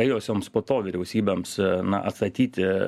ėjosioms po to vyriausybėms na atstatyti